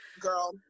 girl